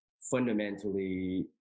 fundamentally